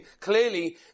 clearly